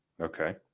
Okay